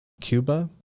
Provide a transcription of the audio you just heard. Cuba